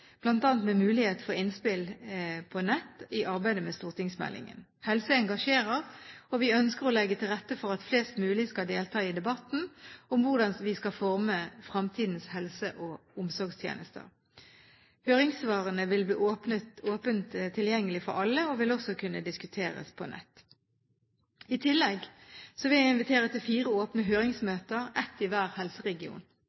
med mulighet for innspill på nett, i arbeidet med stortingsmeldingen. Helse engasjerer, og vi ønsker å legge til rette for at flest mulig skal delta i debatten om hvordan vi skal forme fremtidens helse- og omsorgstjenester. Høringssvarene vil bli åpent tilgjengelig for alle og vil også kunne diskuteres på nett. I tillegg vil jeg invitere til fire åpne